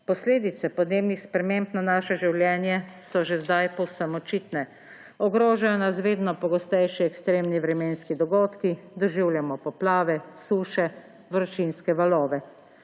Posledice podnebnih sprememb na naše življenje so že zdaj povsem očitne. Ogrožajo nas vedno pogostejši ekstremni vremenski dogodki, doživljamo poplave, suše, vročinske valove.